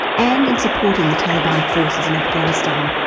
and in supporting the taliban forces in afghanistan?